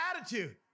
attitude